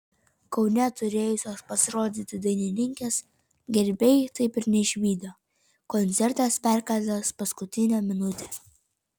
kaune turėjusios pasirodyti dainininkės gerbėjai taip ir neišvydo koncertas perkeltas paskutinę minutę